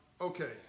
Okay